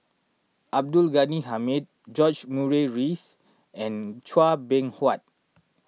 Abdul Ghani Hamid George Murray Reith and Chua Beng Huat